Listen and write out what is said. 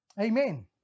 Amen